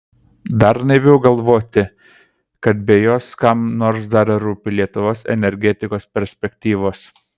dar naiviau galvoti kad be jos kam nors dar rūpi lietuvos energetikos perspektyvos